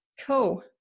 cool